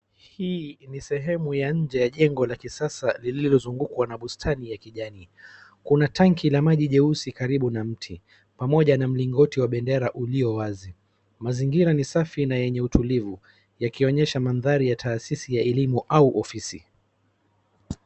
Hii ni sehemu ya nje ya jengo la kisasa lililozungukwa na bustani ya kijani. Kuna tangi la maji jeusi karibu na mti pamoja na mlingoti wa bendera uliowazi. Mazingira ni safi na yenye utulivu yakionyesha mandhari ya taasisi ya elimu au ofisi.